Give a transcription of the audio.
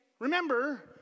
Remember